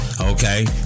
Okay